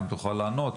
אם תוכל לענות.